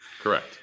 Correct